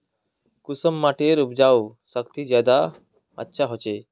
कुंसम माटिर उपजाऊ शक्ति ज्यादा अच्छा होचए?